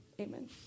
Amen